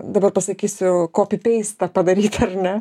dabar pasakysiu kopi peist padaryt ar ne